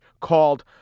called